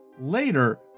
Later